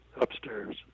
upstairs